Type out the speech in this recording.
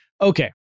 Okay